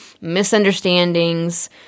misunderstandings